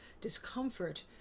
discomfort